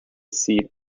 seat